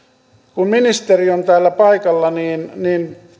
kun ministeri on täällä paikalla niin niin